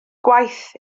gwaith